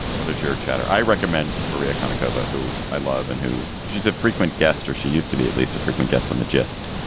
what does your chatter i recommend maria konnikova, who i love and who she's a frequent guest, or she used to be at least a frequent guest on the gist,